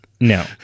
no